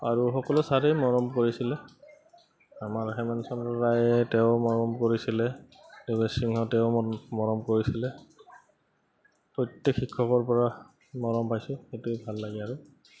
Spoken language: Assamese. আৰু সকলো ছাৰেই মৰম কৰিছিলে আমাৰ হেমেনচন্দ ৰায় তেওঁ মৰম কৰিছিলে দেবেশ সিংহ তেওঁ মৰম কৰিছিলে প্ৰত্যেক শিক্ষকৰ পৰা মৰম পাইছোঁ সেইটোৱেই ভাল লাগে আৰু